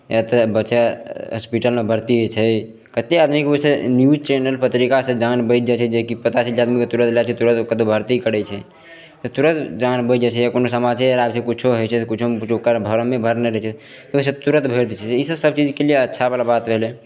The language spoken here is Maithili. या तऽ बचै हॉस्पिटलमे भर्ती छै कते आदमीके न्यूज चैनल पत्रिका से जान बैच जाइ छै जेकि पता छै आदमीके तुरत लैके तुरत कतौ भर्ती करै छै तुरत जान बैच जाइ छै या कोनो समाचारे किछो होइ छै किछो जो भरमे भरने रहै छै ओहिसँ तुरत भैरि दै छै ई सभचीजके लिए अच्छा बला बात भेलै